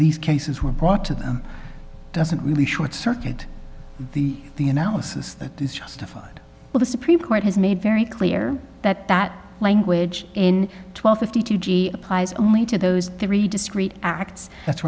these cases were brought to them doesn't really short circuit the the analysis that is justified but the supreme court has made very clear that that language in twelve fifty two g applies only to those three discrete acts